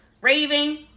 Raving